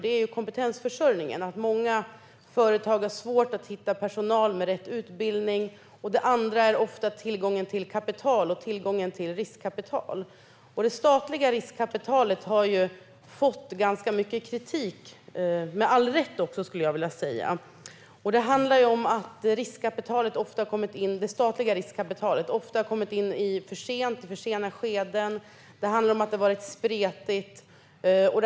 Det gäller kompetensförsörjningen och att många företag har svårt att hitta personal med rätt utbildning. Det gäller också tillgången till kapital och till riskkapital. Det statliga riskkapitalet har fått ganska mycket kritik - med all rätt, skulle jag vilja säga. Det handlar om att det statliga riskkapitalet ofta har kommit in i ett för sent skede. Det handlar om att det har varit spretigt.